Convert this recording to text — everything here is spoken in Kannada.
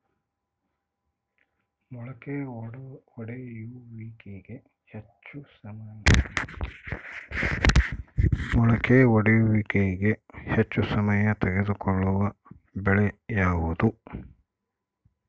ಮೊಳಕೆ ಒಡೆಯುವಿಕೆಗೆ ಹೆಚ್ಚು ಸಮಯ ತೆಗೆದುಕೊಳ್ಳುವ ಬೆಳೆ ಯಾವುದು?